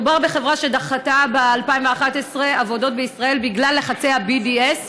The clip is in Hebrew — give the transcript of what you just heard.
מדובר בחברה שדחתה ב-2011 עבודות בישראל בגלל לחצי ה-BDS,